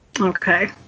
Okay